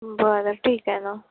बरं ठीक आहे ना